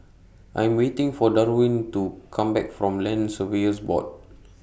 I'm waiting For Darwyn to Come Back from Land Surveyors Board